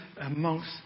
amongst